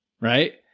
right